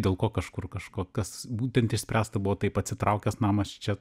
dėl ko kažkur kažko kas būtent išspręsta buvo taip atsitraukęs namas čia